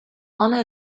honor